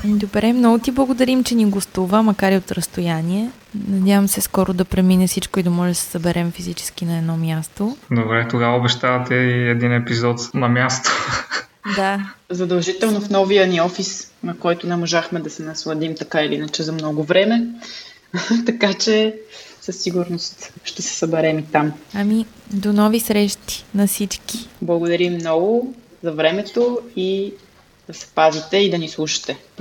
Ами, добре, много ти благодарим, че ни гостува, макар и от разстояние. Надявам се скоро да премине всичко и да може да се съберем физически на едно място. Добре, тогава обещавате и един епизод на място. Да. Задължително в новия ни офис, на който не можахме да се насладим така или иначе за много време. Така че със сигурност ще се съберем и там. Ами, до нови срещи на всички. Благодарим много за времето и да се пазите и да ни слушате.